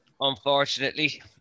unfortunately